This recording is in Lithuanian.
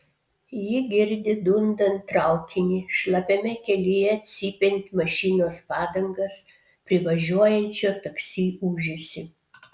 ji girdi dundant traukinį šlapiame kelyje cypiant mašinos padangas privažiuojančio taksi ūžesį